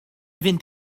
fynd